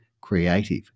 Creative